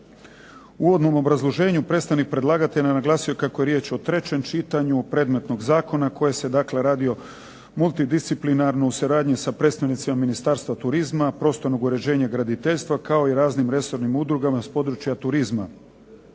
U uvodnom obrazloženju predstavnik predlagatelja naglasio je kako je riječ o trećem čitanju predmetnog zakona koji se dakle radio multidisciplinarno u suradnji sa predstavnicima Ministarstva turizma, prostornog uređenja i graditeljstva kao i raznim resornim udrugama s područja turizma.